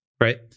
right